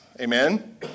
Amen